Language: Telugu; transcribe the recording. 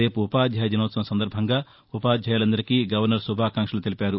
రేపు ఉపాధ్యాయ దినోత్సవం సందర్బంగా ఉపాధ్యాయులందరికీ గవర్నర్ శుభాకాంక్షలు తెలిపారు